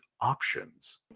options